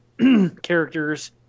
characters